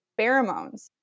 pheromones